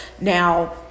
Now